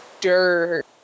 dirt